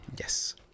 Yes